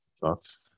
Thoughts